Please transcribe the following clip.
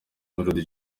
melodie